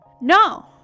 No